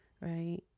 right